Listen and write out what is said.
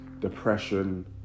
depression